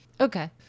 Okay